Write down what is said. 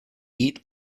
eat